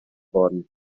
worden